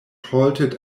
halted